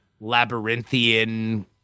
labyrinthian